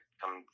come